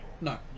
No